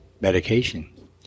medication